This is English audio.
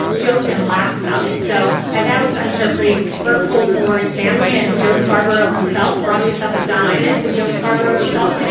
joked and laughed about it. so and that was, i'm sure, pretty hurtful to lori's family. and joe scarborough himself brought this up with don eyedness and joe scarborough, so and